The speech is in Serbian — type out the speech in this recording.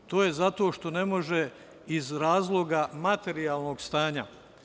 To je zato što ne može iz razloga materijalnog stanja.